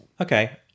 Okay